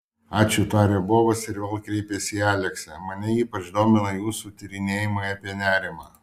ačiū tarė bobas ir vėl kreipėsi į aleksę mane ypač domina jūsų tyrinėjimai apie nerimą